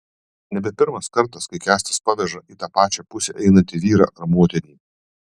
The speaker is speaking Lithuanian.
nebe pirmas kartas kai kęstas paveža į tą pačią pusę einantį vyrą ar moterį